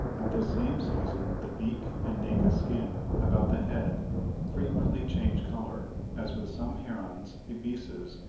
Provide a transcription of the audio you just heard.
at this same season the beak and naked skin about the head frequently change colour, as with some herons, ibises,